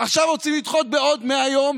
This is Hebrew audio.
עכשיו רוצים לדחות בעוד 100 יום,